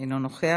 אינו נוכח,